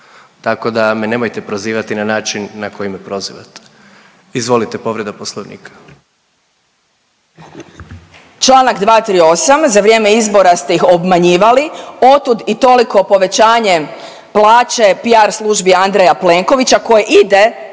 tako da me nemojte prozivati na način na koji me prozivate. Izvolite, povreda Poslovnika. **Selak Raspudić, Marija (Nezavisni)** Čl. 238, za vrijeme izbora ste ih obmanjivali, otud i toliko povećanje plaće PR službi Andreja Plenkovića koji ide